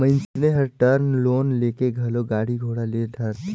मइनसे हर term loan लेके घलो गाड़ी घोड़ा ले डारथे